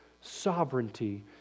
sovereignty